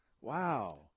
Wow